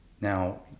now